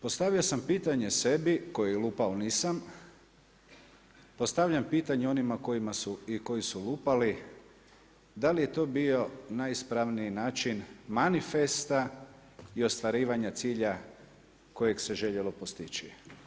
Postavio sam pitanje sebi, koji lupao nisam, postavljam pitanje onima koji su lupali da li je to bio najispravniji način manifesta i ostvarivanja cilja kojeg se željelo postići.